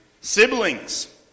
siblings